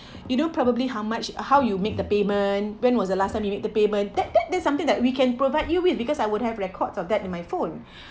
you know probably how much how you make the payment when was the last time you make the payment that that that's something that we can provide you with because I would have records of that in my phone